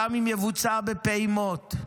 גם אם יבוצע בפעימות.